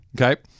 Okay